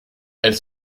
elles